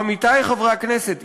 עמיתי חברי הכנסת,